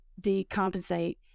decompensate